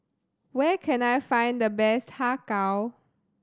where can I find the best Har Kow